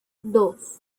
dos